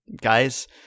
guys